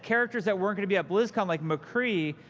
characters that weren't going to be at blizzcon, like mccree,